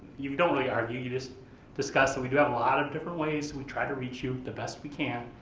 you don't really argue, you just discuss that we do have a lot of different ways, we try to reach you the best we can,